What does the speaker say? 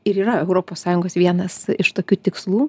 ir yra europos sąjungos vienas iš tokių tikslų